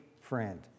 friend